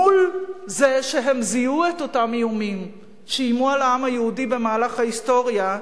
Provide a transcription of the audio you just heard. שמול זה שהם זיהו את אותם איומים שאיימו על העם היהודי במהלך ההיסטוריה,